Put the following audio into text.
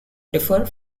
differ